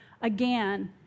again